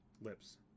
lips